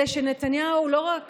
אלא שנתניהו לא רק